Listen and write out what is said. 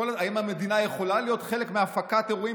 האם המדינה יכולה להיות חלק מהפקת אירועים